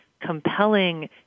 compelling